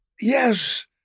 Yes